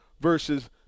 versus –